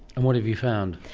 and what have you found?